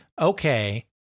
okay